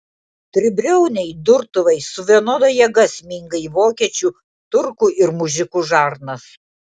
tribriauniai durtuvai su vienoda jėga sminga į vokiečių turkų ir mužikų žarnas